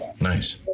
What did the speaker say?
Nice